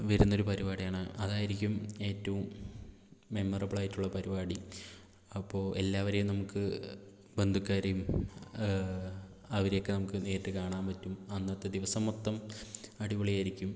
വരുന്നൊരു പരിപാടിയാണ് അതായിരിക്കും ഏറ്റവും മെമ്മറബിളായിട്ടുള്ള പരിപാടി അപ്പോൾ എല്ലാവരെയും നമുക്ക് ബന്ധുക്കാരേയും അവരെയൊക്കെ നമുക്ക് നേരിട്ട് കാണാൻ പറ്റും അന്നത്തെ ദിവസം മൊത്തം അടിപൊളി ആയിരിക്കും